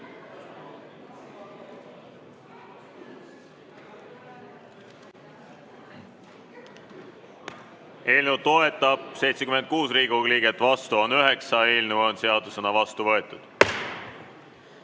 Eelnõu toetab 76 Riigikogu liiget, vastu on 9. Eelnõu on seadusena vastu võetud.